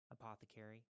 apothecary